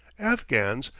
afghans,